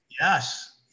Yes